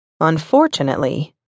Unfortunately